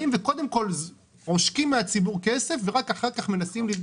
קודם כל לוקחים את הכסף בצורת מס ואז